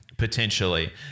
Potentially